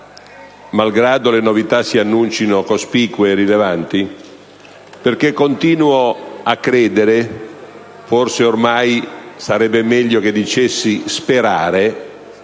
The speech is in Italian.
malgrado le novità si annuncino cospicue e rilevanti, continuo a credere (e forse ormai sarebbe meglio che dicessi che